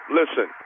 listen